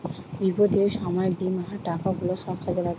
বিপদের সময় বীমার টাকা গুলা সব কাজে লাগে